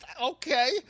Okay